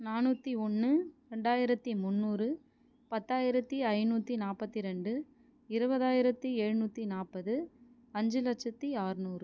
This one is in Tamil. நானூற்றி ஒன்று இரண்டாயிரத்தி முன்னூறு பத்தாயிரத்தி ஐந்நூற்றி நாற்பத்தி இரண்டு இருபதாயிரத்தி எழுநூற்றி நாற்பது அஞ்சு லட்சத்தி ஆறுநூறு